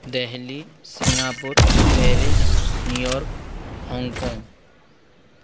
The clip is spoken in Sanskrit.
Delhi Singapore Paris New York Hong Kong